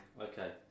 Okay